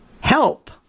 help